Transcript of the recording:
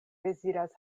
deziras